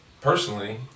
personally